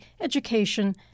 education